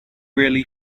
really